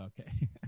Okay